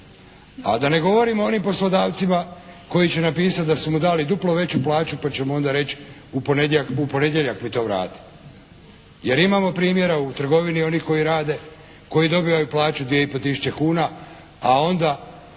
a da ne govorim o onim poslodavcima koji će napisati da su mu dali duplo veću plaću pa ćemo onda reći u ponedjeljak mi to vrati, jer imamo primjera u trgovini onih koji rade, koji dobivaju plaću 2500 kuna a onda